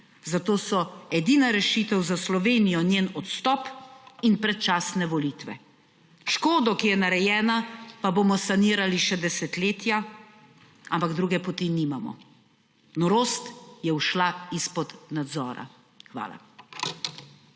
zato so edina rešitev za Slovenijo njen odstop in predčasne volitve. Škodo, ki je narejena, pa bomo sanirali še desetletja, ampak druge poti nimamo, norost je ušla izpod nadzora. Hvala.